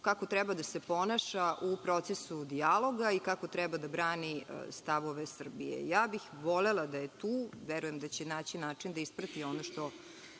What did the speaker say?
kako treba da se ponaša u procesu dijaloga i kako treba da brani stavove Srbije. Volela bih da je tu, verujem da će način način da isprati ono što